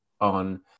on